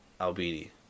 Albini